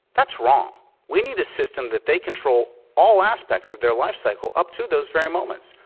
that's wrong. we need a system that they control all aspects of their life cycle up to those very moments.